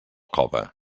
cove